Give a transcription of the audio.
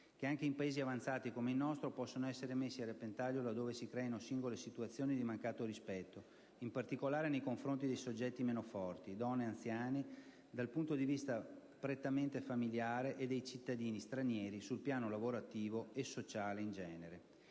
che anche in Paesi avanzati come il nostro possono essere messi a repentaglio laddove si creino singole situazioni di mancato rispetto, in particolare nei confronti dei soggetti «meno forti», donne e anziani, dal punto di vista prettamente familiare, e dei cittadini stranieri sul piano lavorativo e sociale in genere.